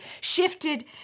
shifted